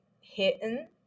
hidden